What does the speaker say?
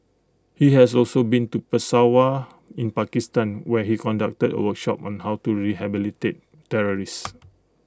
he has also been to Peshawar in Pakistan where he conducted A workshop on how to rehabilitate terrorists